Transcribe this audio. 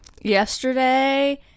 Yesterday